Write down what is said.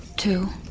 two